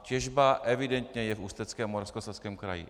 Těžba je evidentně v Ústeckém a Moravskoslezském kraji.